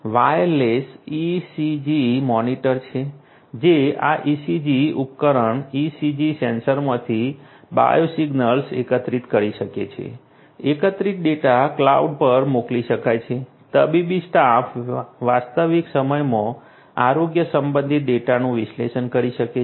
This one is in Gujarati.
વાયરલેસ ECG મોનિટર છે જે આ ECG ઉપકરણ ECG સેન્સરમાંથી બાયોસિગ્નલ્સ એકત્રિત કરી શકે છે એકત્રિત ડેટા ક્લાઉડ પર મોકલી શકાય છે તબીબી સ્ટાફ વાસ્તવિક સમયમાં આરોગ્ય સંબંધિત ડેટાનું વિશ્લેષણ કરી શકે છે